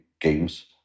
games